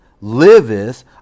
liveth